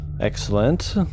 Excellent